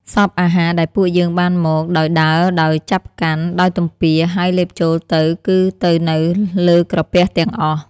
សព្វអាហារ ដែលពួកយើងបានមកដោយដើរដោយចាប់កាន់ ដោយទំពា ហើយលេបចូលទៅ គឺទៅនៅលើក្រពះទាំងអស់។